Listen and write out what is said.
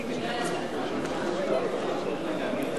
לסדר-היום.